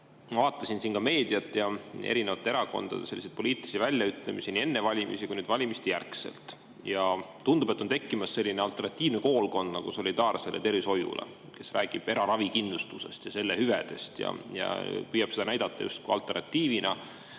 ma vaatasin meediat ja erinevate erakondade poliitilisi väljaütlemisi nii enne valimisi kui ka nüüd, valimistejärgselt ja tundub, et on tekkimas selline alternatiivne koolkond solidaarsele tervishoiule, kes räägib eraravikindlustusest ja selle hüvedest ja püüab seda näidata justkui alternatiivina